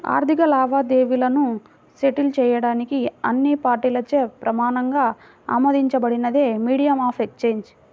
ఆర్థిక లావాదేవీలను సెటిల్ చేయడానికి అన్ని పార్టీలచే ప్రమాణంగా ఆమోదించబడినదే మీడియం ఆఫ్ ఎక్సేంజ్